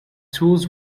tools